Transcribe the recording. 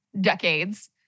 decades